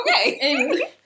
okay